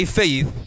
faith